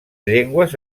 llengües